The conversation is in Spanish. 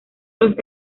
los